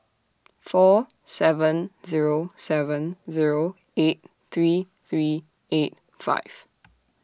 four seven Zero seven Zero eight three three eight five